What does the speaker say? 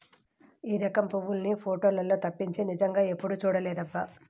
ఈ రకం పువ్వుల్ని పోటోలల్లో తప్పించి నిజంగా ఎప్పుడూ చూడలేదబ్బా